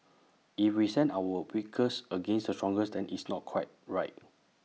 if we send our weakest against the strongest then it's not quite right